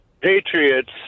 Patriots